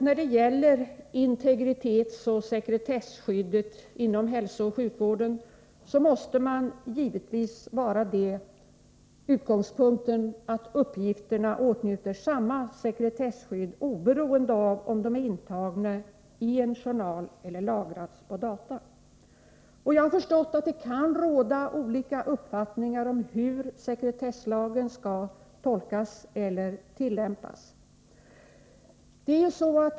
När det gäller integritetsoch sekretesskyddet inom hälsooch sjukvården måste utgångspunkten givetvis vara att uppgifterna åtnjuter samma sekretesskydd oberoende av om de är intagna i en journal eller lagras på data. Jag har förstått att det kan råda olika uppfattningar om hur sekretesslagen skall tolkas eller tillämpas.